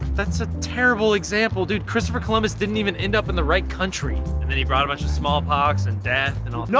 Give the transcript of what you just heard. that's a terrible example, dude. christopher columbus didn't even end up in the right country. and then he brought a bunch of smallpox and death and all no,